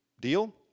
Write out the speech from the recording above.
Deal